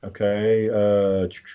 okay